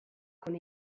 con